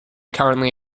currently